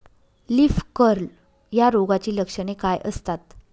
Leaf curl या रोगाची लक्षणे काय असतात?